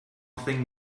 thing